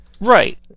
Right